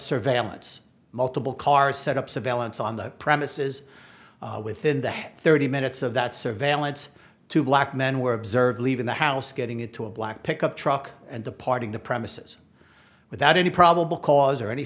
surveillance multiple cars set up surveillance on the premises within that thirty minutes of that surveillance two black men were observed leaving the house getting into a black pickup truck and departing the premises without any probable cause or any